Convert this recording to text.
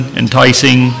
enticing